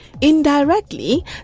Indirectly